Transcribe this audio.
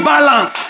Balance